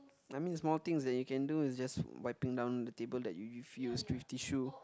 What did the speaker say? I mean small things that you can do is just wiping down the table that you've used with tissue